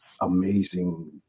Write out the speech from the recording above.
amazing